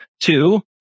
Two